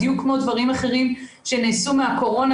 בדיוק כמו דברים אחרים שנעשו בתקופת הקורונה